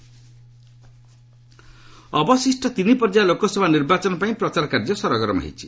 campaigning ଅବଶିଷ୍ଟ ତିନି ପର୍ଯ୍ୟାୟ ଲୋକସଭା ନିର୍ବାଚନ ପାଇଁ ପ୍ରଚାର କାର୍ଯ୍ୟ ସରଗରମ୍ ହୋଇଛି